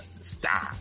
stop